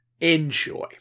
Enjoy